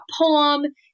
poem